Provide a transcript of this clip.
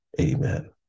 amen